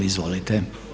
Izvolite.